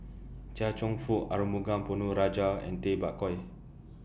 Chia Cheong Fook Arumugam Ponnu Rajah and Tay Bak Koi